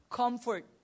comfort